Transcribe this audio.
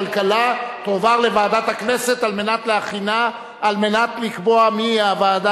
תועבר לוועדת הכנסת על מנת לקבוע מי היא הוועדה